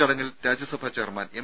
ചടങ്ങിൽ Rajya Sabha chairman M